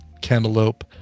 cantaloupe